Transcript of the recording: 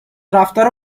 رفتار